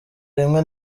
rimwe